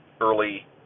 early